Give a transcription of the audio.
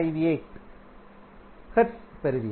958 ஹெர்ட்ஸைப் பெறுவீர்கள்